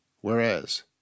whereas